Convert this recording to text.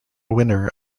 winner